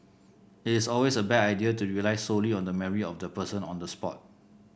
it is always a bad idea to rely solely on the memory of the person on the spot